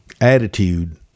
attitude